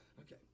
okay